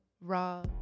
raw